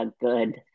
good